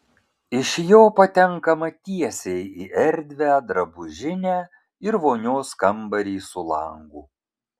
iš jo patenkama tiesiai į erdvią drabužinę ir vonios kambarį su langu